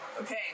Okay